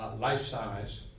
life-size